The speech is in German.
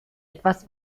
etwas